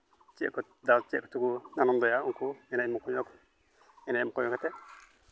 ᱪᱮᱫ ᱪᱮᱫ ᱠᱚᱪᱚ ᱠᱚ ᱟᱱᱚᱱᱫᱚᱭᱟ ᱩᱱᱠᱩ ᱮᱱᱮᱡ ᱢᱚᱠᱚᱧᱚᱜᱼᱟ ᱠᱚ ᱮᱱᱮᱡ ᱢᱚᱠᱚᱧ ᱠᱟᱛᱮᱫ